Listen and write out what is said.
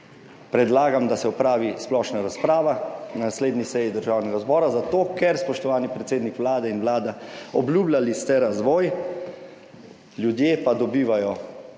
predlagam, da se opravi splošna razprava na naslednji seji Državnega zbora, zato ker ste, spoštovani predsednik Vlade in Vlada, obljubljali razvoj, ljudje pa dobivajo